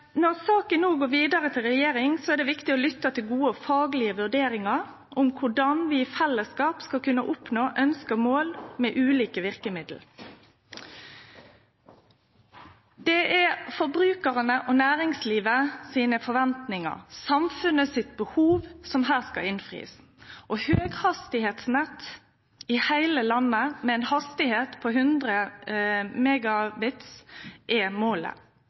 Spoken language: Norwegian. Når saka no går vidare til regjeringa, er det viktig å lytte til gode, faglige vurderingar om korleis vi i fellesskap skal kunne oppnå ønskte mål med ulike verkemiddel. Det er forventningane til forbrukarane og næringslivet – samfunnet sine behov – som her skal bli innfridde, og høgfartsnett i heile landet, med ein fart på 100 MB, er målet.